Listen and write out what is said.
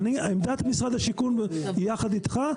עמדת משרד השיכון יחד איתך,